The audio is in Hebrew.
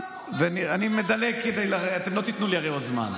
אני מדלג, הרי אתם לא תיתנו יותר זמן.